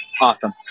awesome